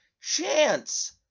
chance